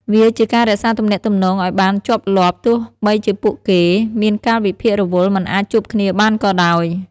វាជាការរក្សាទំនាក់ទំនងឱ្យបានជាប់លាប់ ទោះបីជាពួកគេមានកាលវិភាគរវល់មិនអាចជួបគ្នាបានក៏ដោយ។